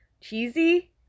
cheesy